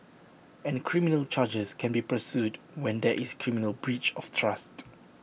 and criminal charges can be pursued when there is criminal breach of trust